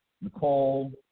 Nicole